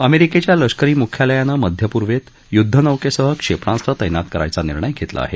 अमेरिकेच्या लष्करी मुख्यालयानं मध्यपूर्वेत युद्धनौकेसह क्षेपणास्त्र तैनात करायचा निर्णय घेतला आहे